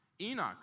Enoch